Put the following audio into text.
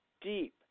Deep